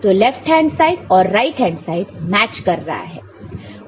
तो left hand side और right hand side match कर रहा है